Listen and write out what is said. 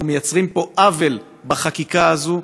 אנחנו יוצרים פה עוול, בחקיקה הזאת.